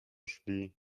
szli